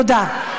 תודה.